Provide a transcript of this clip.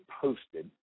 posted